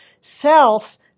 cells